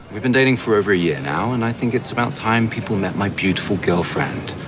we've been dating for over a year now and i think it's about time people met my beautiful girlfriend.